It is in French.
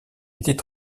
était